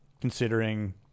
considering